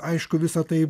aišku visa tai